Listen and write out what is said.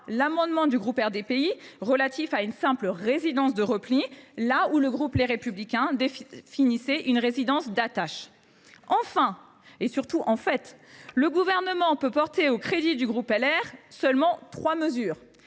l’amendement du groupe RDPI relatif à une simple résidence de repli, là où le groupe LR visait une résidence d’attache. En fait, le Gouvernement peut porter au crédit du groupe LR seulement trois mesures,